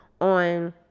on